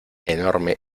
enorme